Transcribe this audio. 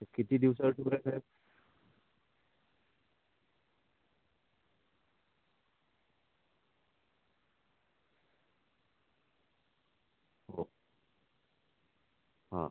हे किती दिवसाचा टूर आहे साहेब